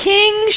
king